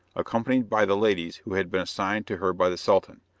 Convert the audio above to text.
accompanied by the ladies who had been assigned to her by the sultan.